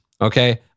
okay